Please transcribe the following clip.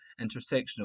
intersectional